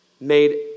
made